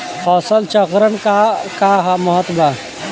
फसल चक्रण क का महत्त्व बा?